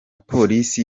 polisi